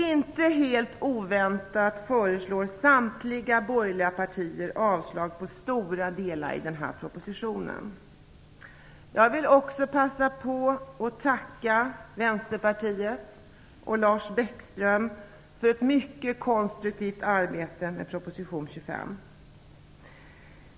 Inte helt oväntat föreslår samtliga borgerliga partier avslag på stora delar av propositionen. Jag vill också passa på att tacka vänsterpartiet och Lars Bäckström för ett mycket konstruktivt arbete med proposition 25.